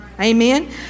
Amen